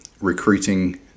recruiting